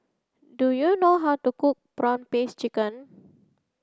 do you know how to cook prawn paste chicken